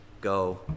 Go